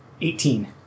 Eighteen